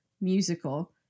musical